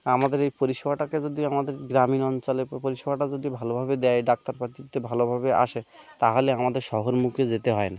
আমাদের এই পরিষেবাটাকে যদি আমাদের গ্রামীণ অঞ্চলে পরিষেবাটা যদি ভালোভাবে দেয় ডাক্তারপাতিতে ভালোভাবে আসে তাহলে আমাদের শহর মুখে যেতে হয় না